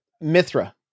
Mithra